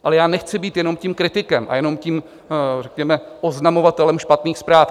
Ale já nechci být jenom kritikem a jenom řekněme oznamovatelem špatných zpráv.